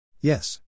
Yes